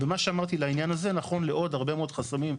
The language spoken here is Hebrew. ומה שאמרתי לעניין הזה נכון לעוד הרבה מאוד חסמים.